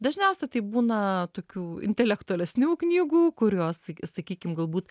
dažniausia tai būna tokių intelektualesnių knygų kurios sakykim galbūt